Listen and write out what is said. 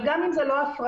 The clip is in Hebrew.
אבל גם אם זה לא הפרטה,